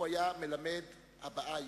הוא היה מלמד הבעה עברית,